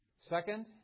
Second